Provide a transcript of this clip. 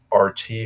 RT